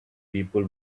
people